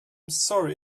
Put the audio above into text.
sorry